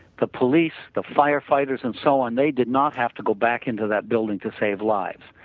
the police, the firefighters and so on they did not have to go back into that building to save lives.